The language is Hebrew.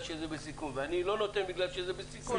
שזה בסיכון ואני לא נותן בגלל שזה בסיכון,